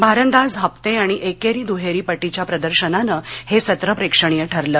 भारंदाज हप्ते आणि एकेरी दुहेरी पटीच्या प्रदर्शनानं हे सत्र प्रेक्षणीय ठरलं